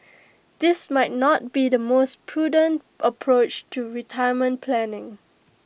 this might not be the most prudent approach to retirement planning